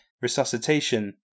resuscitation